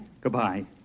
Goodbye